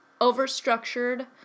overstructured